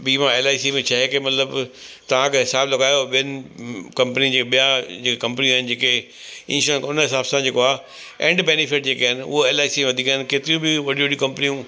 बीमा एलआईसी में छा आहे की मतिलबु तव्हां अगरि हिसाब लॻायो ॿियनि कंपनी जे ॿिया जेके कंपनियूं आहिनि जेके इंशोरेंस उन हिसाब सां जेको आहे एंड बेनिफिट जेके आहिनि उहे एलआईसी जा वधीक आहिनि केतिरियूं बि वॾियूं वॾियूं कंपनियूं